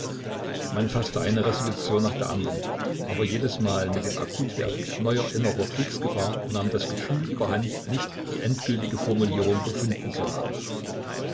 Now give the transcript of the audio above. man faßte eine resolution nach der andern aber jedesmal mit dem akutwerden neuer innerer kriegsgefahr nahm das gefühl überhand nicht die endgültige formulierung gefunden zu haben